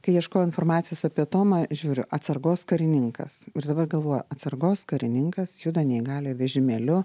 kai ieškojau informacijos apie tomą žiūriu atsargos karininkas ir dabar galvoju atsargos karininkas juda neįgaliojo vežimėliu